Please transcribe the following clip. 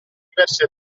diverse